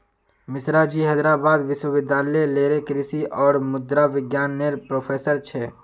मिश्राजी हैदराबाद विश्वविद्यालय लेरे कृषि और मुद्रा विज्ञान नेर प्रोफ़ेसर छे